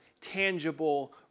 tangible